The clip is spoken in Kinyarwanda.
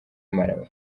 malawi